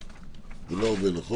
זה לא זה, נכון?